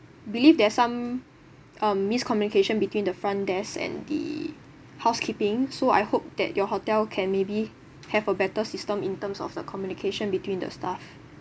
believe there's some um miscommunication between the front desk and the housekeeping so I hope that your hotel can maybe have a better system in terms of the communication between the staff